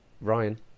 Ryan